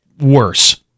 worse